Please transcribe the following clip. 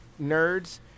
nerds